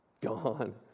gone